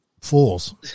fools